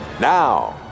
Now